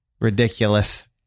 ridiculous